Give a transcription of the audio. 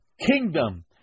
kingdom